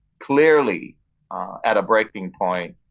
clearly at a breaking point,